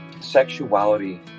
Sexuality